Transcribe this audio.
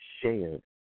shared